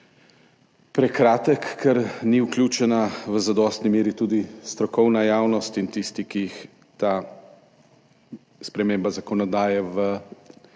prekratek, ker niso v zadostni meri vključeni tudi strokovna javnost in tisti, ki jih ta sprememba zakonodaje v